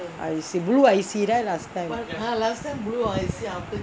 I see blue I_C right last time